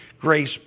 grace